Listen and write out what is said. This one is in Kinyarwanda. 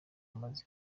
amaze